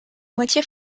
moitié